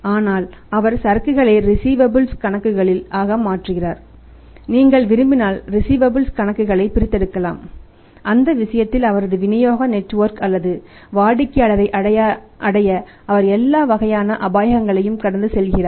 ஆனால் அவர் சரக்குகளை ரிஸீவபல்ஸ் களை பிரித்தெடுக்கலாம் அந்த விஷயத்தில் அதாவது விநியோக நெட்வொர்க் அல்லது வாடிக்கையாளரை அடைய அவர் எல்லா வகையான அபாயங்களையும் கடந்து செல்கிறார்